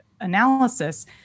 analysis